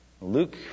Luke